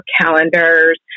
calendars